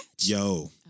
Yo